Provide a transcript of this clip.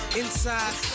inside